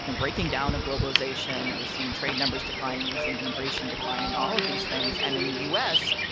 and breaking down of globalization. we're seeing trade numbers declining. we're seeing immigration declining, all of these things. and in the u s,